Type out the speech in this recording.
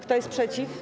Kto jest przeciw?